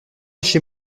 chez